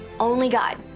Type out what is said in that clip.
only god.